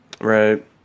Right